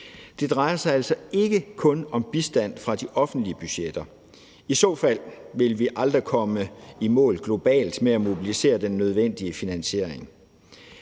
Det drejer sig altså ikke kun om bistand fra de offentlige budgetter. I så fald ville vi aldrig komme i mål globalt med at mobilisere den nødvendige finansiering.